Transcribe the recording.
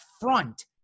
front